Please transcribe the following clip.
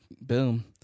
boom